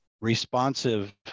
responsive